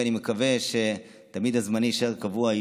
ואני מקווה שתמיד הזמני יישאר קבוע.